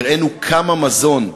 הראינו כמה מזון,